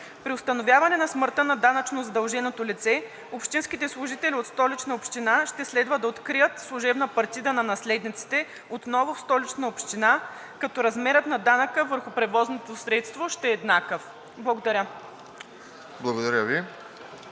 При установяване на смъртта на данъчно задълженото лице общинските служители от Столична община ще следва да открият служебна партида на наследниците отново в Столична община, като размерът на данъка върху превозното средство ще е еднакъв. Благодаря. ПРЕДСЕДАТЕЛ